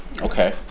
okay